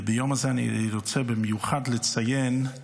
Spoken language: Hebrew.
וביום הזה אני רוצה במיוחד לציין את